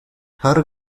her